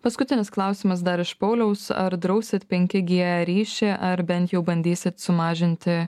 paskutinis klausimas dar iš pauliaus ar drausit penki g ryšį ar bent jau bandysit sumažinti